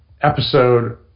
episode